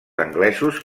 anglesos